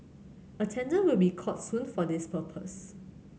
a tender will be called soon for this purpose